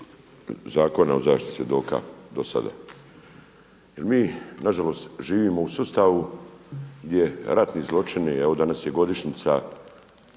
Zakona o zaštiti svjedoka do sada. Jer mi na žalost živimo u sustavu gdje ratni zločini, evo danas je godišnjica